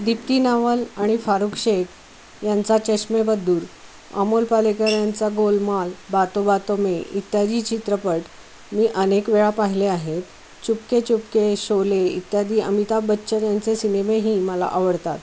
दीप्ती नवल आणि फारुख शेख यांचा चष्मेबद्दूर अमोल पालेकर यांचा गोलमाल बातो बातोंमे इत्यादी चित्रपट मी अनेकवेळा पाहिले आहेत चुपके चुपके शोले इत्यादी अमिताभ बच्चन यांचे सिनेमेही मला आवडतात